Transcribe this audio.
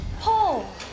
Paul